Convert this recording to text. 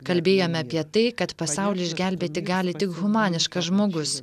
kalbėjome apie tai kad pasaulį išgelbėti gali tik humaniškas žmogus